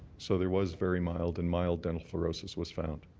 so there was very mild and mild dental fluorosis was found.